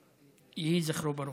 יהי זכרו ברוך.